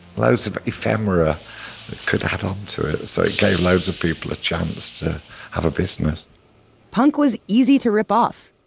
loads of ephemera you could add onto it. so it gave loads of people a chance to have a business punk was easy to rip off.